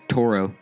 Toro